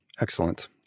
Excellent